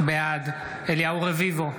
בעד אליהו רביבו,